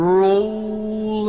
roll